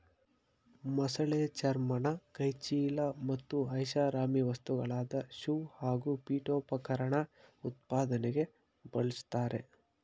ಮೊಸಳೆ ಚರ್ಮನ ಕೈಚೀಲ ಮತ್ತು ಐಷಾರಾಮಿ ವಸ್ತುಗಳಾದ ಶೂ ಹಾಗೂ ಪೀಠೋಪಕರಣ ಉತ್ಪಾದನೆಗೆ ಬಳುಸ್ತರೆ